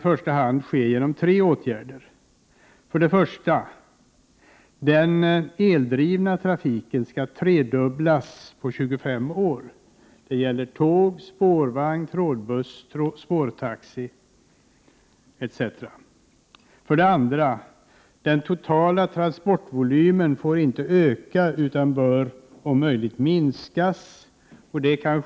Detta kan inom trafikområdet ske genom tre åtgärder: 2. Den totala transportvolymen får ej öka utan bör, om möjligt minska i omfattning.